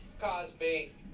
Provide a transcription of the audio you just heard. Cosby